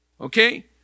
Okay